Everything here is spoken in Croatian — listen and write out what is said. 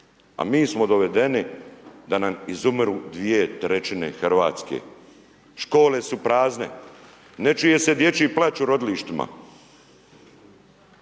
A mi smo dovedeni da nam izumiru 2/3 Hrvatske. Škole su prazne, ne čuje se dječji plać u rodilištima.